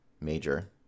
major